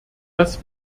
dass